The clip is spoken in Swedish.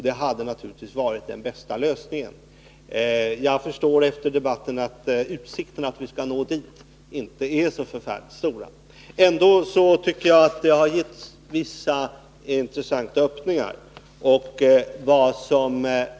Det hade naturligtvis varit den bästa lösningen. Jag förstår, av debatten att döma, att utsikterna att nå dit inte är särskilt goda. Ändå tycker jag att vissa intressanta Öppningar har åstadkommits.